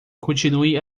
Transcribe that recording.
continue